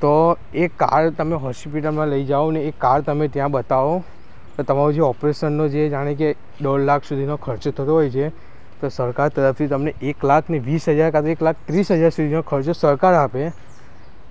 તો એ કાર્ડ તમે હોસ્પિટલમાં લઈ જાઓ ને એ કાર્ડ તમે ત્યાં બતાવો તો તમારું જે ઓપરેશનનો જે જાણે કે દોઢ લાખ સુધીનો ખર્ચ થતો હોય છે તો સરકાર તરફથી તમને એક લાખ ને વીસ હજાર કાં તો એક લાખ ત્રીસ હજાર સુધીનો ખર્ચો સરકાર આપે